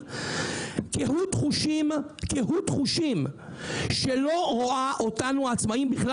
קהות חושים שלא רואה אותנו העצמאים בכלל.